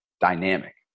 dynamic